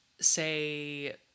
say